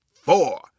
four